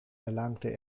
erlangte